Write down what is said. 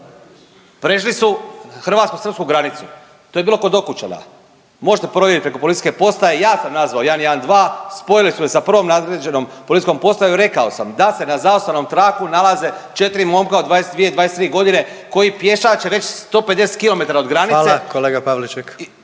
prešli su hrvatsko-srpsku granicu, to je bilo kod Okučana. Možete provjeriti preko policijske postaje, ja sam nazvao 112, spojili su me sa prvom nadređenom policijskom postajom, rekao sam da se na zaustavnom traku nalaze 4 momka od 22-23 godine koji pješače već 150 kilometara od granice